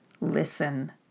listen